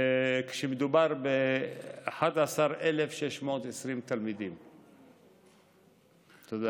ומדובר ב-11,620 תלמידים תודה.